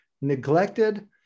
neglected